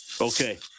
Okay